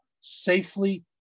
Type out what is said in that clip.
safely